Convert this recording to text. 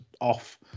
off